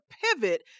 pivot